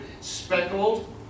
Speckled